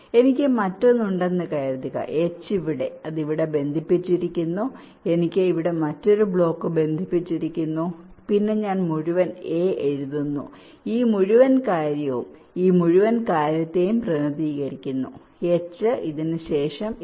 എനിക്ക് മറ്റൊന്ന് ഉണ്ടെന്ന് കരുതുക H ഇവിടെ ഇത് ഇവിടെ ബന്ധിപ്പിക്കുന്നു എനിക്ക് ഇവിടെ മറ്റൊരു ബ്ലോക്ക് ബന്ധിപ്പിച്ചിരിക്കുന്നു പിന്നെ ഞാൻ a മുഴുവൻ എഴുതുന്നു ഈ മുഴുവൻ കാര്യവും ഈ മുഴുവൻ കാര്യത്തെയും പ്രതിനിധീകരിക്കുന്നു എച്ച് ഇതിന് ശേഷം എച്ച്